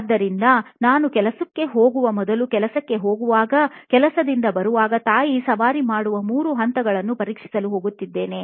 ಆದ್ದರಿಂದ ನಾನು ಕೆಲಸಕ್ಕೆ ಹೋಗವ ಮೊದಲು ಕೆಲಸಕ್ಕೆ ಹೋಗುವಾಗ ಕೆಲಸದಿಂದ ಬರುವಾಗ ತಾಯಿ ಸವಾರಿ ಮಾಡುವ ಮೂರು ಹಂತಗಳನ್ನು ಪರೀಕ್ಷಿಸಲು ಹೋಗುತ್ತೇನೆ